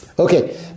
Okay